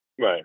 Right